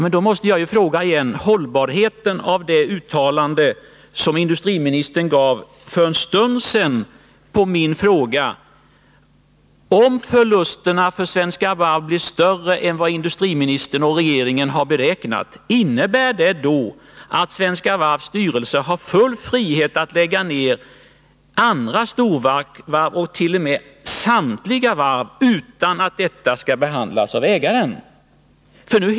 Men då måste jag på nytt fråga hur det förhåller sig med hållbarheten av det uttalande som industriministern gjorde för en stund sedan. Jag frågade: Innebär det att Svenska Varvs styrelse har full frihet att lägga ned andra storvarv, t.o.m. samtliga varv, utan att detta skall behandlas av ägaren, om förlusterna för Svenska Varv blir större än vad industriministern och regeringen har beräknat?